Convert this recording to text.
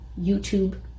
YouTube